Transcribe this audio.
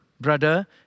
brother